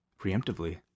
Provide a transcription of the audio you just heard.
preemptively